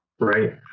right